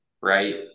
right